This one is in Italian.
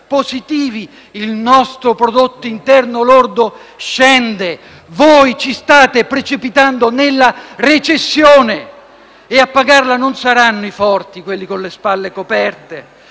positivi il nostro prodotto interno lordo scende. Voi ci state precipitando nella recessione! E a pagarla non saranno i forti, quelli con le spalle coperte.